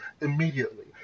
immediately